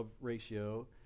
ratio